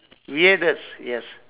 weirdest yes